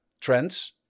trends